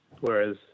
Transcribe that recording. whereas